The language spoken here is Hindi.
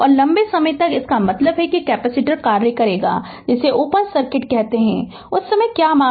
और लंबे समय तक इसका मतलब है कि कैपेसिटर कार्य करेगा जिसे ओपन सर्किट कहते हैं उस समय क्या मान है वह है V ∞